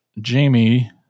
Jamie